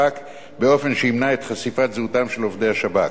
ולאנשי שב"כ באופן שימנע את חשיפת זהותם של עובדי השב"כ.